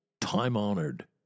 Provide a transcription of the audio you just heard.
time-honored